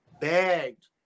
begged